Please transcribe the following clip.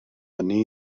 hynny